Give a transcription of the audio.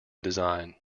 design